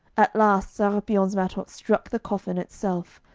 at last sera-pion's mattock struck the coffin itself,